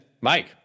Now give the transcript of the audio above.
mike